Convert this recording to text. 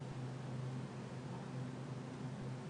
בגהה.